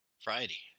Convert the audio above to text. Friday